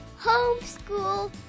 Homeschool